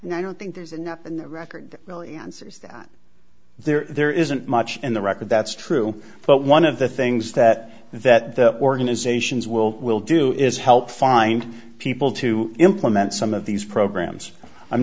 and i don't think there's enough in the record really answers that there isn't much in the record that's true but one of the things that that the organisations will will do is help find people to implement some of these programs i'm